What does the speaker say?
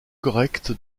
correct